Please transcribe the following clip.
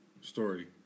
story